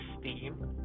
Steam